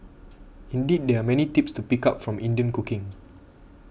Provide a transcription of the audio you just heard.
indeed there are many tips to pick up from Indian cooking